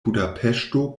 budapeŝto